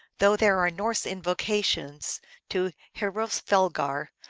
though there are norse invocations to hroesvelgar,